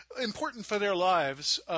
important-for-their-lives